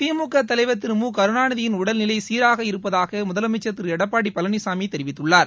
திமுக தலைவர் திரு மு கருணாநிதியின் உடல்நிலை சீராக இருப்பதாக முதலமைச்ச் திரு எடப்பாடி பழனிசாமி தெரிவித்துள்ளார்